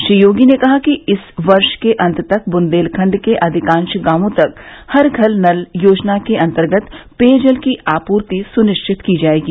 श्री योगी ने कहा कि इस वर्ष के अन्त तक बुन्देलखण्ड के अधिकांश गावों तक हर घर नल योजना के अर्त्तगत पेयजल की आपूर्ति सुनिश्चित की जाएगी